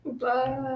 Bye